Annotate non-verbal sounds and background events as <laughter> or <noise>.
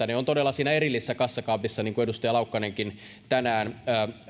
<unintelligible> ne ovat todella siinä erillisessä kassakaapissa niin kuin edustaja laukkanenkin tänään